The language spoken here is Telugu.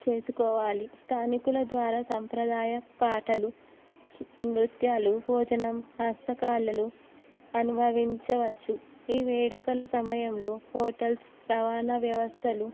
చేసుకోవాలి స్థానికుల ద్వారా సంప్రదాయ పాటలు నృత్యాలు భోజనం హస్తకళలు అనుభవించవచ్చు ఈ వేడుకల సమయంలో హోటల్స్ రవాణా వ్యవస్థలు